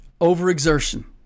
Overexertion